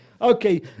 Okay